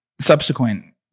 subsequent